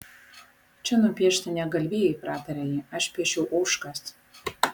čia nupiešti ne galvijai pratarė ji aš piešiau ožkas